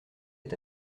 est